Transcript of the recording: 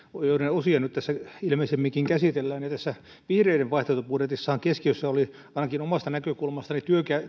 tässä nyt mitä ilmeisimminkin käsitellään tässä vihreiden vaihtoehtobudjetissahan keskiössä oli ainakin omasta näkökulmastani